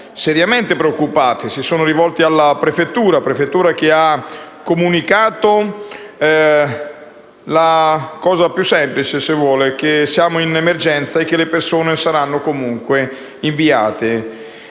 seriamente preoccupati. Si sono rivolti alla prefettura, che ha comunicato la cosa più semplice, cioè che siamo in emergenza e che le persone saranno comunque inviate.